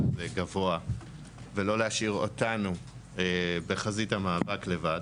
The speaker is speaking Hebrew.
גבוה ולא להשאיר אותנו בחזית המאבק לבד